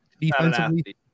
defensively